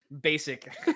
Basic